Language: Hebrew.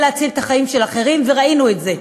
כדי להציל את החיים של אחרים, וראינו את זה.